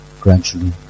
gradually